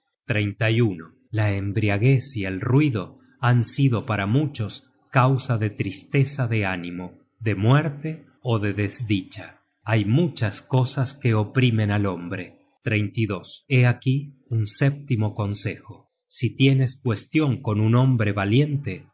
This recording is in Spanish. ánimo de muchos la embriaguez y el ruido han sido para muchos causa de tristeza de ánimo de muerte ó de desdicha hay muchas cosas que oprimen al hombre hé aquí un sétimo consejo si tienes cuestion con un hombre valiente